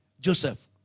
Joseph